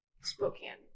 Spokane